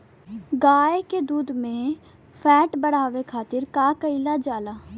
गाय के दूध में फैट बढ़ावे खातिर का कइल जाला?